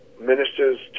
ministers